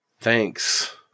Thanks